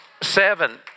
Seven